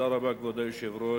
כבוד היושב-ראש,